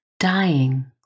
Dying